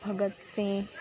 Bhagat Singh